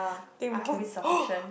think we can oh